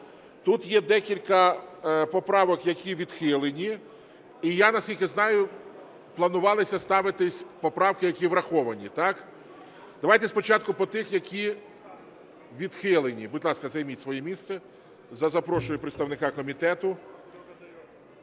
Тут є декілька поправок, які відхилені, і я, наскільки знаю, планувалися ставитись поправки, які враховані, так. Давайте спочатку по тих, які відхилені. Будь ласка, займіть своє місце, запрошую представника комітету.